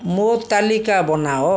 ମୋ ତାଲିକା ବନାଅ